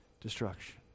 destruction